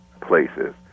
places